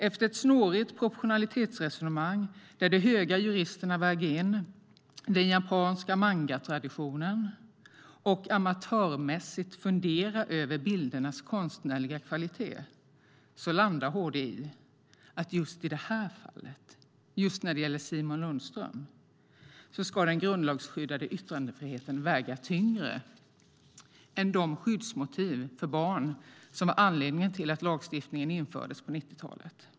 Efter ett snårigt proportionalitetsresonemang, där de höga juristerna väger in den japanska mangatraditionen och amatörmässigt funderar över bildernas konstnärliga kvalitet, landar HD i att just i det här fallet, just när det gäller Simon Lundström, ska den grundlagsskyddade yttrandefriheten väga tyngre än de skyddsmotiv för barn som var anledningen till att lagstiftningen infördes på 90-talet.